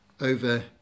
over